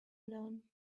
learn